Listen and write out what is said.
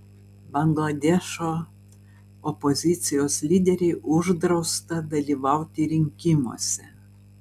bangladešo opozicijos lyderei uždrausta dalyvauti rinkimuose